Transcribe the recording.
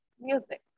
music